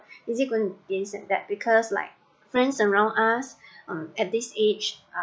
is it going to this and that because like friends around us um at this age are